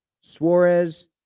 Suarez